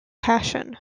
passion